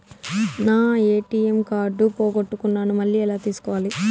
నా ATM card పోగొట్టుకున్నాను, మళ్ళీ ఎలా తీసుకోవాలి?